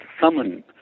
summon